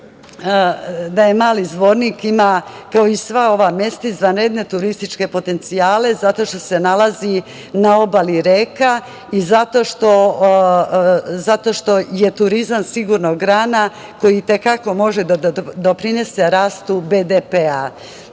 da Mali Zvornik ima kao i sva ova mesta izvanredne turističke potencijale zato što se nalazi na obali reka i zato je turizam sigurna grana koja i te kako može da doprinese rastu BDP.